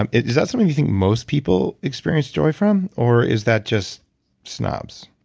um is that something you think most people experience joy from? or is that just snubs?